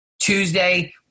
Tuesday